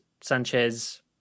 Sanchez